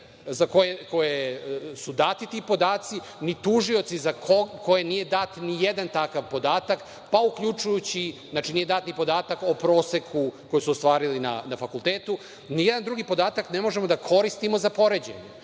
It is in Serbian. za koje su dati ti podaci, ni tužioci, za koje nije dat nijedan takav podatak, pa uključujući, znači nije dat ni podatak o proseku koji su ostvarili na fakultetu, nijedan drugi podatak ne možemo da koristimo za poređenje.